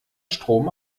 strom